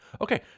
Okay